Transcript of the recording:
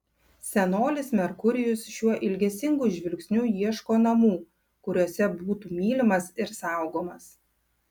senolis merkurijus šiuo ilgesingu žvilgsniu ieško namų kuriuose būtų mylimas ir saugomas